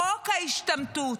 חוק ההשתמטות,